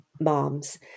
moms